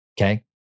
Okay